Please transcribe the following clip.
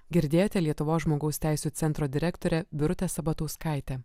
girdėjote lietuvos žmogaus teisių centro direktorė birutė sabatauskaitė